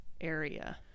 area